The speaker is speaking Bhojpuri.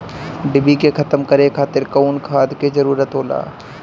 डिभी के खत्म करे खातीर कउन खाद के जरूरत होला?